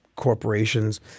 corporations